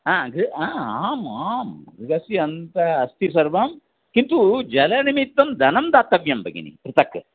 हा गृह आम् आं गृहस्य अन्तः अस्ति सर्वं किन्तु जलनिमित्तं धनं दातव्यं भगिनि पृथक्